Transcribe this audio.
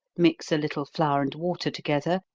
mix a little flour and water together,